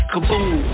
Kaboom